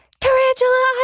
Tarantula